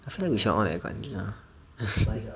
how come we never on the aircon just now